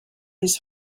his